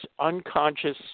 unconscious